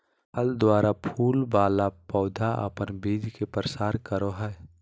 फल द्वारा फूल वाला पौधा अपन बीज के प्रसार करो हय